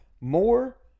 more